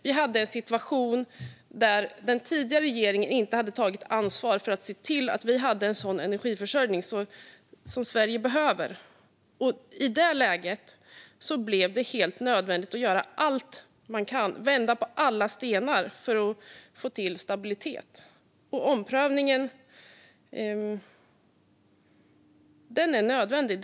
Vi hade en situation där den tidigare regeringen inte hade tagit ansvar för att se till att vi hade en sådan energiförsörjning som Sverige behövde. I det läget blev det helt nödvändigt att göra allt vi kunde, vända på alla stenar, för att få till stabilitet. Omprövningen är nödvändig.